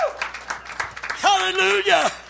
Hallelujah